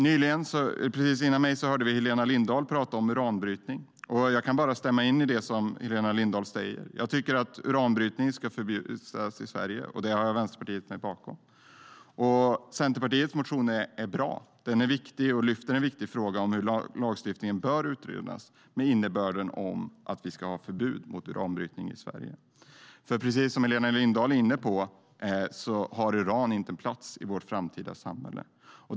Precis före mitt anförande hörde vi Helena Lindahl tala om uranbrytning, och jag kan bara instämma i det Helena Lindahl sa. Jag tycker att uranbrytning ska förbjudas i Sverige, och det har jag Vänsterpartiet bakom mig i. Centerpartiets motion är bra. Den är viktig och lyfter en viktig fråga om hur lagstiftningen bör utredas, med innebörden att vi ska ha förbud mot uranbrytning i Sverige. Precis som Helena Lindahl var inne på har uran nämligen ingen plats i vårt framtida samhälle.